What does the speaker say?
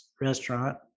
restaurant